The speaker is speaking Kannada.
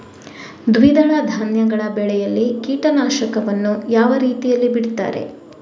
ದ್ವಿದಳ ಧಾನ್ಯಗಳ ಬೆಳೆಯಲ್ಲಿ ಕೀಟನಾಶಕವನ್ನು ಯಾವ ರೀತಿಯಲ್ಲಿ ಬಿಡ್ತಾರೆ?